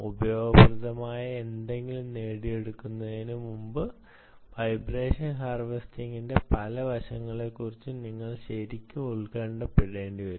ഉപയോഗപ്രദമായ എന്തെങ്കിലും നേടിയെടുക്കുന്നതിന് മുമ്പ് വൈബ്രേഷൻ ഹാർവെസ്റ്റിംഗിന്റെ പല വശങ്ങളെക്കുറിച്ചും നിങ്ങൾ ശരിക്കും ഉത്കണ്ഠപ്പെടേണ്ടി വരും